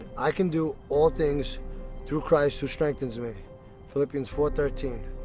i can do all things through christ, who strengthens me philippians four thirteen